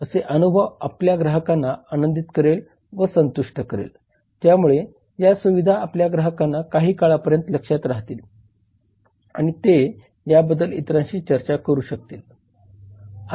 असे अनुभव आपल्या ग्राहकांना आनंदित करेल व संतुष्ट करेल ज्यामुळे या सुविधा आपल्या ग्राहकांना काही काळापर्यंत लक्षात राहू शकतील आणि ते याबद्दल इतरांशी चर्चा करू शकतील